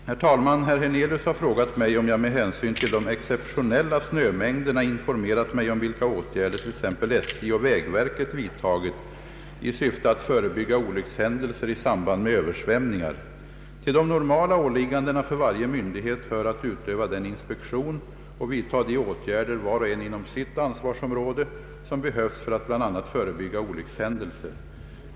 Herr talman! Herr Hernelius har frågat mig om jag med hänsyn till de exceptionella snömängderna informerat mig om vilka åtgärder t.ex. SJ och vägverket vidtagit i syfte att förebygga olyckshändelser i samband med översvämningar. Till de normala åliggandena för varje myndighet hör att utöva den inspektion och vidta de åtgärder — var och en inom sitt ansvarsområde — som behövs för att bl.a. förebygga olyckshändelser.